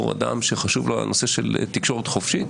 אדם שחשוב לו הנושא של תקשורת חופשית